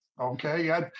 Okay